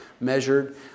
measured